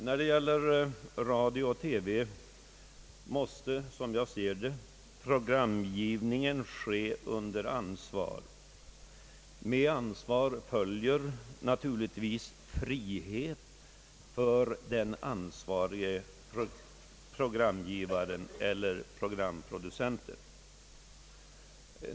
När det gäller radio och TV måste som jag ser det programgivningen ske under ansvar. Med ansvar följer naturligtvis frihet för den ansvarige programgivaren eller programproducenten.